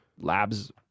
labs